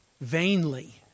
vainly